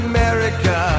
America